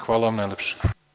Hvala vam najlepše.